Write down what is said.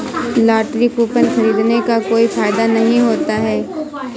lottery coupon खरीदने का कोई फायदा नहीं होता है